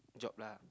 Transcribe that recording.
job lah